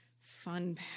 fun